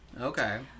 Okay